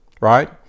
right